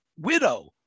widow